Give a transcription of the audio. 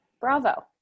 bravo